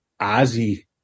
Ozzy